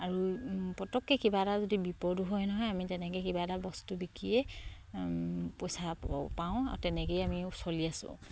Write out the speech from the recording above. আৰু পতককে কিবা এটা যদি বিপদো হয় নহয় আমি তেনেকে কিবা এটা বস্তু বিকিয়ে পইচা পাওঁ আৰু তেনেকেই আমি চলি আছোঁ